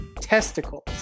testicles